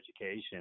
education